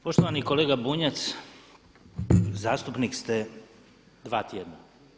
Poštovani kolega Bunjac, zastupnik ste dva tjedna.